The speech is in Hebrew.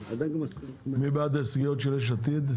מי בעד ההסתייגויות של יש עתיד?